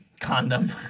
condom